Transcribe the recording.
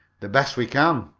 the best we can.